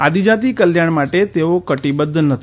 આદિજાતી કલ્યાણ માટે તેઓ કટીબધ્ધ નથી